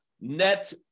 net